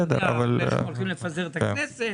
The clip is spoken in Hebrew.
הולכים לפזר את הכנסת,